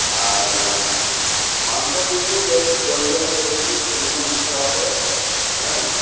আর মাংস কিন্তু বেশ জল দেওয়া চলবে না শুকনো দিতে হবে হ্যাঁ